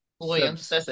Williams